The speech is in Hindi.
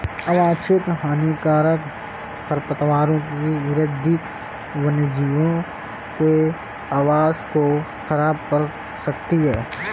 अवांछित हानिकारक खरपतवारों की वृद्धि वन्यजीवों के आवास को ख़राब कर सकती है